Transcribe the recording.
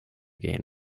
gain